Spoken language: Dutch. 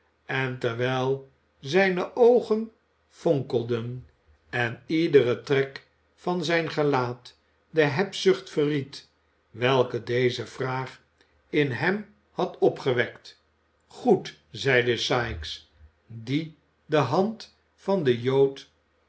en terwijl zijne oogen fonkelden en iedere trek van zijn gelaat de hebzucht verried welke deze vraag in hem had opgewekt goed zeide sikes die de hand van den jood